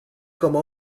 como